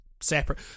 separate